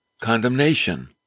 condemnation